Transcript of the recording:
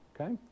Okay